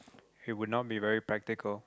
it would not be very practical